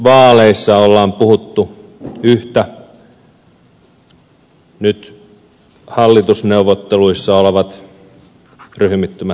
vaaleissa on puhuttu yhtä nyt hallitusneuvotteluissa olevat ryhmittymät tekevät toista